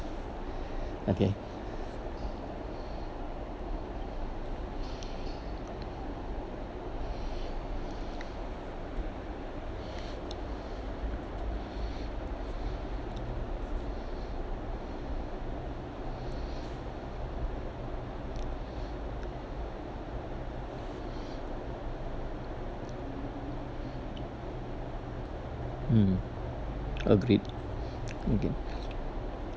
okay mm agreed okay